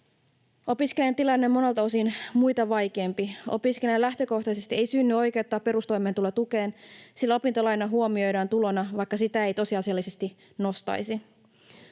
Opiskelijan tilanne on monelta osin muita vaikeampi. Opiskelijalle lähtökohtaisesti ei synny oikeutta perustoimeentulotukeen, sillä opintolaina huomioidaan tulona, vaikka sitä ei tosiasiallisesti nostaisi.